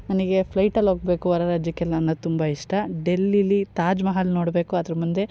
ನನಗೆ ಫ್ಲೈಟಲ್ಲಿ ಹೋಗ್ಬೇಕು ಹೊರ ರಾಜ್ಯಕ್ಕೆಲ್ಲ ಅನ್ನೋದ್ ತುಂಬ ಇಷ್ಟ ಡೆಲ್ಲಿಲಿ ತಾಜ್ ಮಹಲ್ ನೋಡಬೇಕು ಅದರ ಮುಂದೆ